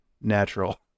natural